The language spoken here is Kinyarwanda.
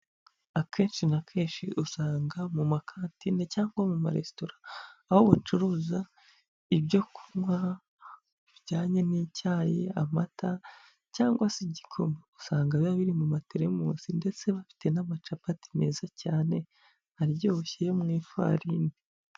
Akenshi na kenshi usanga mu makantine cyangwa mu maresitora aho bacuruza ibyo kunywa, bijyanye n'icyayi, amata cyangwa se igikoma, usanga biba biri mu materemusi, ndetse bafite n'amacapati meza cyane, aryoshye mu ifarini.